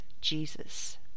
Jesus